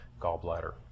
gallbladder